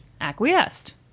acquiesced